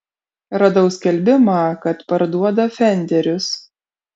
radau skelbimą kad parduoda fenderius